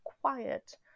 quiet